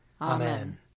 Amen